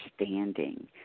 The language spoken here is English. understanding